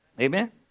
Amen